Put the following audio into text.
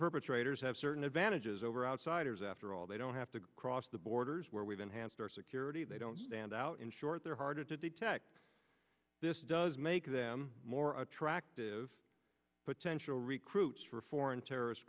perpetrators have certain advantages over outsiders after all they don't have to cross the borders where we've enhanced our security they don't stand out in short they're harder to detect this does make them more attractive potential recruits for foreign terrorist